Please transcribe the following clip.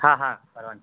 હાં હાં કરવાં છે